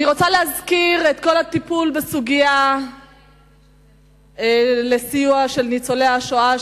אני רוצה להזכיר את כל הטיפול בסוגיית הסיוע לניצולי השואה.